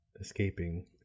escaping